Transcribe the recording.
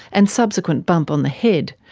and subsequent bump on the head,